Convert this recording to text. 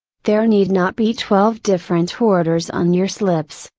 there need not be twelve different orders on your slips.